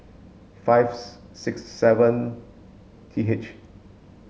five six seven T H